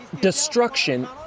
destruction